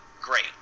great